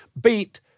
beat